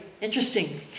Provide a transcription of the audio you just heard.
interesting